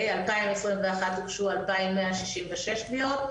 ב-2021 הוגשו 2166 תביעות,